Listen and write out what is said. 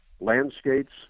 landscapes